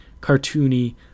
cartoony